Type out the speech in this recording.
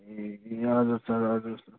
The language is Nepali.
ए हजुर सर हजुर